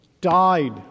died